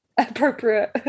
Appropriate